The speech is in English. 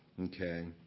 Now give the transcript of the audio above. okay